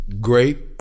great